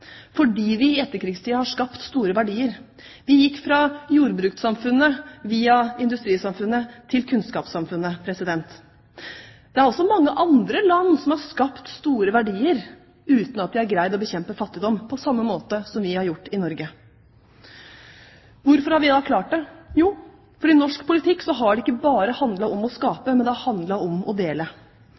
fordi vi i etterkrigstida har skapt store verdier. Vi gikk fra jordbrukssamfunnet via industrisamfunnet til kunnskapssamfunnet. Det er også mange andre land som har skapt store verdier uten at de har greid å bekjempe fattigdom på samme måte som vi har gjort i Norge. Hvorfor har vi klart det? Jo, for i norsk politikk har det ikke bare handlet om å skape, det handler også om å dele.